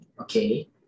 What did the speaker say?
okay